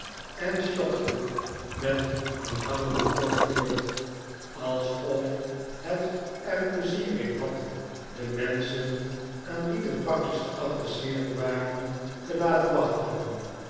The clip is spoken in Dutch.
en sjokte met een hangenden kop voort alsof het er pleizier in had de menschen aan wie de pakjes geadresseerd waren te laten wachten